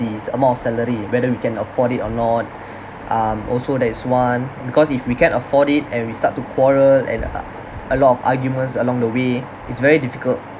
amount of salary whether we can afford it or not um also that is one because if we can't afford it and we start to quarrel and uh a lot of arguments along the way it's very difficult